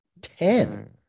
Ten